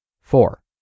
Four